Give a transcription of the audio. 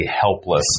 helpless